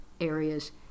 areas